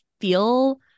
feel